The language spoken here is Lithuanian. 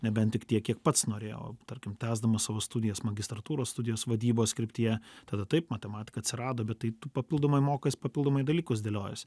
nebent tik tiek kiek pats norėjau tarkim tęsdamas savo studijas magistratūros studijas vadybos kryptyje tada taip matematika atsirado bet tai tu papildomai mokais papildomai dalykus dėliojiesi